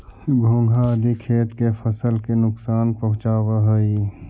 घोंघा आदि खेत के फसल के नुकसान पहुँचावऽ हई